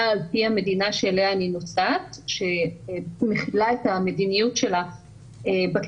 על פי המדינה שאליה אני נוסעת שמחילה את המדיניות שלה בכניסה